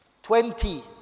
Twenty